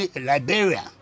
Liberia